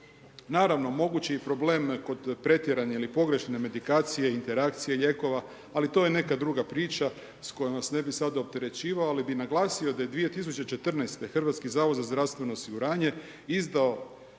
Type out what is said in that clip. Naravno, mogući problem kod pretjerane ili pogrešne medikacije ili interakcije lijekova, ali to je neka druga priča s kojom vas ne bi sad opterećivao, ali bih naglasio da je 2015. HZZO izdao vodič za samopomoć akutna i